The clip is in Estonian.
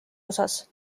osas